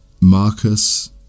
Marcus